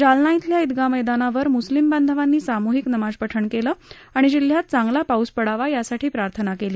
जालना इथल्या ईदगाह मप्तानावर मुस्लीम बांधवांनी सामहिक नमाज पठण करून जिल्ह्यात चांगला पाऊस पडावा यासाठी प्रार्थना केली